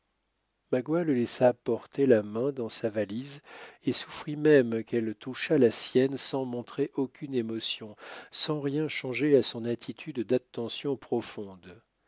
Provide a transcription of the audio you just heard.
magua le laissa porter la main dans sa valise et souffrit même qu'elle touchât la sienne sans montrer aucune émotion sans rien changer à son attitude d'attention profonde